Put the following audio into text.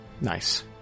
Nice